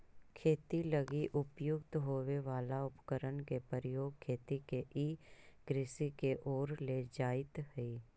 खेती लगी उपयुक्त होवे वाला उपकरण के प्रयोग खेती के ई कृषि के ओर ले जाइत हइ